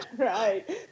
Right